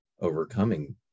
overcoming